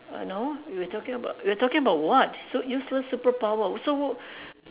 uh no we're talking about we're talking about what so useless superpower so